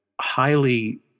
highly